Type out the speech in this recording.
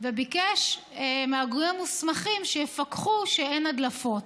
וביקש מהגורמים המוסמכים שיפקחו שאין הדלפות.